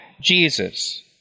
Jesus